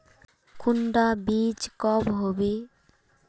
कुंडा बीज कब होबे?